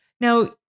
Now